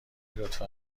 لطفا